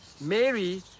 mary